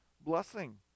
blessing